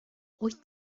wyt